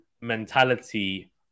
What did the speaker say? mentality